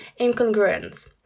incongruence